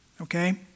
okay